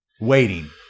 waiting